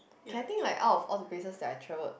K I think like out of all the places that I traveled